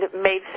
made